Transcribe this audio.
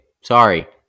Sorry